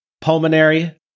pulmonary